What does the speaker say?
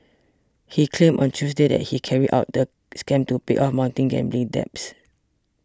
he claimed on Tuesday that he carried out the scam to pay off mounting gambling debts